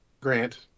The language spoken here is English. Grant